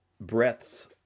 breadth